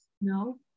No